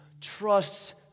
trust